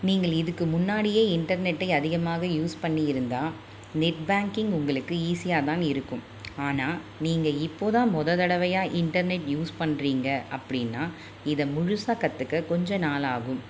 நீங்கள் இதுக்கு முன்னாடியே இன்டர்நெட்டை அதிகமாக யூஸ் பண்ணியிருந்தால் நெட் பேங்கிங் உங்களுக்கு ஈஸியாக தான் இருக்கும் ஆனால் நீங்கள் இப்போது தான் மொதல் தடவையாக இன்டர்நெட் யூஸ் பண்ணுறீங்க அப்படின்னா இதை முழுசாக கற்றுக்க கொஞ்ச நாளாகும்